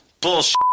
bullshit